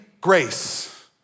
grace